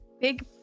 big